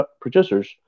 producers